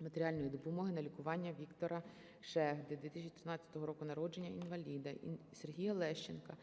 матеріальної допомоги на лікування Віктора Шегди, 2013 року народження, інваліда. Сергія Лещенка